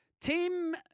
Tim